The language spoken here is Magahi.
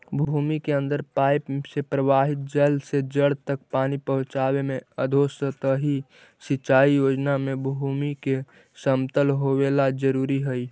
भूमि के अंदर पाइप से प्रवाहित जल से जड़ तक पानी पहुँचावे के अधोसतही सिंचाई योजना में भूमि के समतल होवेला जरूरी हइ